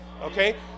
Okay